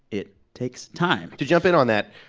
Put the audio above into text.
it takes time to jump in on that,